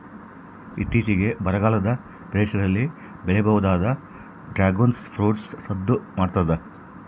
ಇತ್ತೀಚಿಗೆ ಬರಗಾಲದ ಪ್ರದೇಶದಲ್ಲಿ ಬೆಳೆಯಬಹುದಾದ ಡ್ರಾಗುನ್ ಫ್ರೂಟ್ ಸದ್ದು ಮಾಡ್ತಾದ